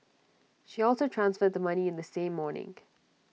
she also transferred the money in the same morning